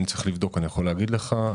אני צריך לבדוק, אני יכול להגיד לך.